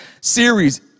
series